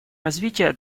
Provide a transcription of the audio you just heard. развития